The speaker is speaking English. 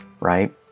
right